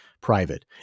private